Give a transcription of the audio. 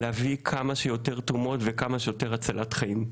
להביא כמה שיותר תרומות וכמה שיותר הצלחת חיים.